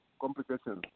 complications